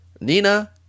Nina